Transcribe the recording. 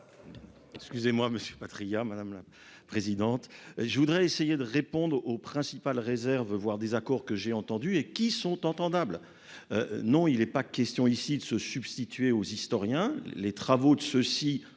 Excusez-moi, Monsieur Patriat, madame la présidente. Je voudrais essayer de répondre aux principales réserves voire désaccords que j'ai entendu et qui sont entendable. Non il est pas question ici de se substituer aux historiens, les travaux de ceux-ci